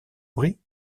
brie